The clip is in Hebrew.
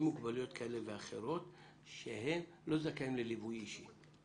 עם מוגבלויות כאלה ואחרות והם לא זכאים לליווי אישי.